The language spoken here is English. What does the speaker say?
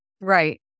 Right